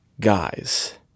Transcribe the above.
guys